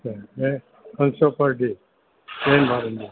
अच्छा पंज सौ पर डे चइनि ॿारनि जो